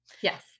Yes